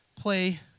play